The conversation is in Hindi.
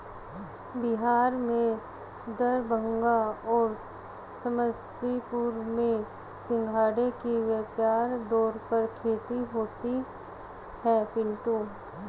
बिहार में दरभंगा और समस्तीपुर में सिंघाड़े की व्यापक तौर पर खेती होती है पिंटू